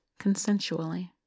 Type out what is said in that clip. consensually